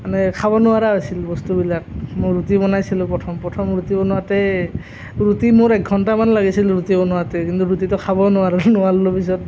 মানে খাব নোৱাৰা আছিল বস্তুবিলাক মই ৰুটি বনাইছিলোঁ প্ৰথম প্ৰথম ৰুটি বনাওঁতে ৰুটি মোৰ এঘণ্টামান লাগিছিল ৰুটি বনাওঁতে কিন্তু ৰুটিটো খাব নোৱাৰোঁ নোৱাৰিলোঁ পিছত